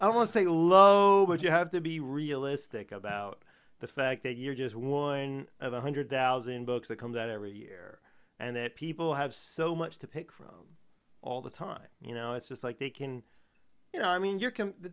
a love but you have to be realistic about the fact that you're just one of one hundred thousand books that comes out every year and that people have so much to pick from all the time you know it's just like they can you know i mean you're the